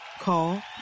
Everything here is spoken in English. Call